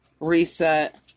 reset